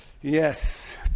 Yes